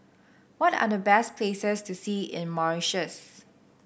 what are the best places to see in Mauritius